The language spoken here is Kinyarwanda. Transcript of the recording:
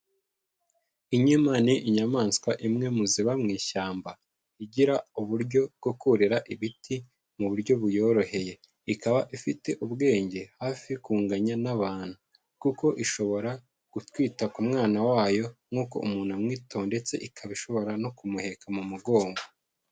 Inkima ni inyamaswa imwe mu ziba mu ishyamba. Igira uburyo bwo kurira ibiti mu buryo buyoroheye. Ikaba ifite ubwenge hafi kunganya n'abantu. Kuko ishobora gutwita ku mwana wayo nk'uko umuntu amwitaho. Ndetse ikaba ishobora no kumuheka mu mugongo.